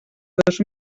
dos